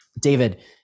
David